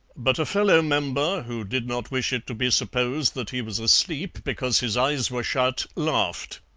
but a fellow-member, who did not wish it to be supposed that he was asleep because his eyes were shut, laughed.